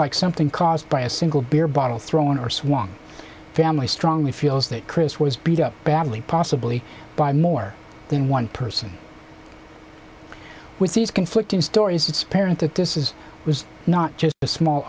something caused by a single beer bottle thrown or swung family strongly feels that chris was beat up badly possibly by more than one person with these conflicting stories it's apparent that this is was not just a small